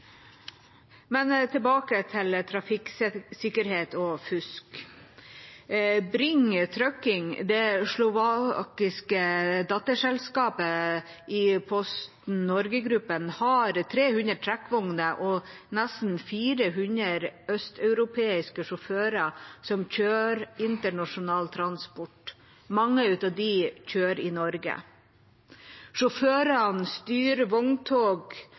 Tilbake til trafikksikkerhet og fusk. Bring Trucking – det slovakiske datterselskapet i Posten Norge har 300 trekkvogner og nesten 400 østeuropeiske sjåfører som kjører internasjonal transport. Mange av dem kjører i Norge. Sjåførene styrer vogntog